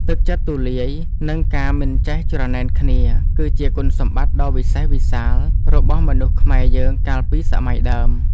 ទឹកចិត្តទូលាយ និងការមិនចេះច្រណែនគ្នា គឺជាគុណសម្បត្តិដ៏វិសេសវិសាលរបស់មនុស្សខ្មែរយើងកាលពីសម័យដើម។